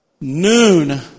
noon